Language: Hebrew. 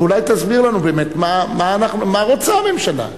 אבל אולי תסביר לנו באמת מה רוצה הממשלה.